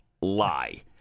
lie